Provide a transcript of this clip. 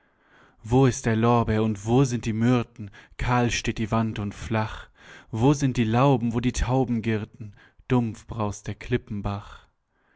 wo ist der lorbeer und wo sind die myrthen kahl steht die wand und flach wo sind die lauben wo die tauben girrten dumpf braust der klippenbach